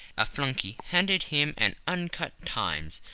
a flunkey handed him an uncut times,